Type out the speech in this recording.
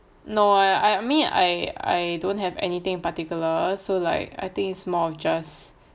no I mean I don't have anything in particular so like I think it's more of just